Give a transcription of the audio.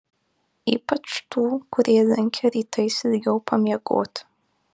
ypač tų kurie linkę rytais ilgiau pamiegoti